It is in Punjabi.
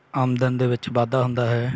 ਆਮਦਨ ਦੇ ਵਿੱਚ ਵਾਧਾ ਹੁੰਦਾ ਹੈ